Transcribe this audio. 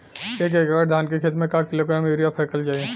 एक एकड़ धान के खेत में क किलोग्राम यूरिया फैकल जाई?